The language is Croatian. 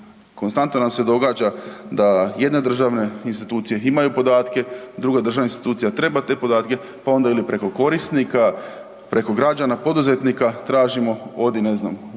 Konstantno nam se događa da jedne državne institucije imaju podatke, druga državna institucija treba te podatke, pa onda ili preko korisnika, preko građana, poduzetnika tražimo odi, ne znam, u